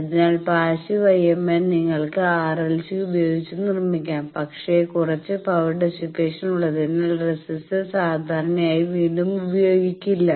അതിനാൽ passive IMN നിങ്ങൾക്ക് RL C ഉപയോഗിച്ച് നിർമ്മിക്കാം പക്ഷേ കുറച്ച് പവർ ഡിസ്സിപേഷൻ ഉള്ളതിനാൽ റെസിസ്റ്റർ സാധാരണയായി വീണ്ടും ഉപയോഗിക്കില്ല